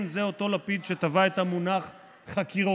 כן, זה אותו לפיד שטבע את המונח "חקירוקרטיה"